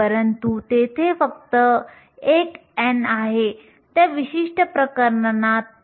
म्हणून जर आपण हे काढले तर आपल्याकडे व्हॅलेन्स बँड आहे